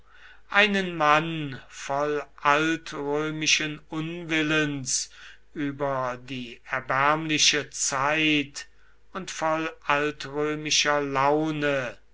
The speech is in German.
einen mann voll altrömischen unwillens über die erbärmliche zeit und voll altrömischer laune